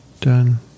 Done